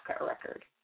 record